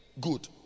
good